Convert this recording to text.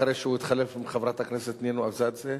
אחרי שהוא התחלף עם חברת הכנסת נינו אבסדזה,